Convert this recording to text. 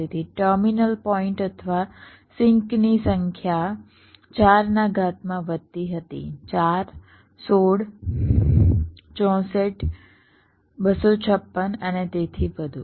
તેથી terminal point અથવા sink ની સંખ્યા 4 ના ઘાતમાં વધતી હતી 4 16 64 256 અને તેથી વધુ